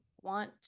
want